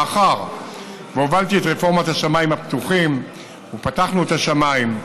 מאחר שהובלתי את רפורמת השמיים הפתוחים ופתחנו את השמיים,